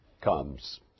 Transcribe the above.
comes